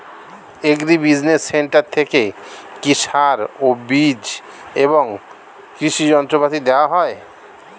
Agri business centre থেকে কি সার ও বিজ এবং কৃষি যন্ত্র পাতি দেওয়া হয়?